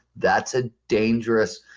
that's a dangerous,